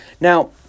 Now